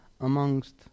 amongst